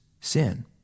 sin